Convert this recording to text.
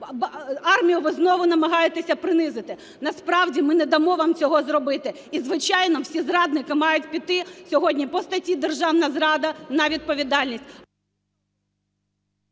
армію ви знову намагаєтесь принизити. Насправді ми не дамо вам цього зробити, і, звичайно, всі зрадники мають піти сьогодні по статті "державна зрада" на відповідальність.